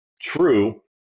true